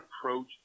approach